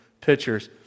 pictures